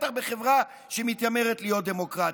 בטח בחברה שמתיימרת להיות דמוקרטית.